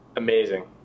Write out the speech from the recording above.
Amazing